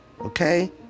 okay